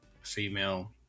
female